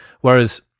whereas